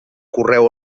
correu